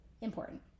important